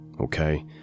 Okay